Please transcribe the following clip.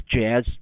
jazz